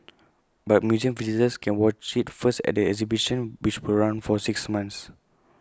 but museum visitors can watch IT first at the exhibition which will run for six months